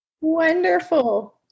Wonderful